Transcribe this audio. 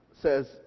says